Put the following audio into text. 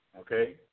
Okay